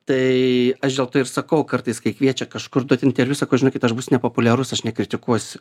tai aš dėl to ir sakau kartais kai kviečia kažkur duot interviu sakau žinokit aš būsiu nepopuliarus aš nekritikuosiu